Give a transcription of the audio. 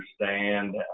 understand